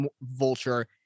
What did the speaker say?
Vulture